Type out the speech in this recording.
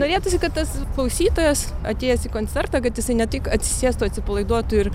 norėtųsi kad tas klausytojas atėjęs į koncertą kad jisai ne tik atsisėstų atsipalaiduotų ir